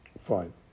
Fine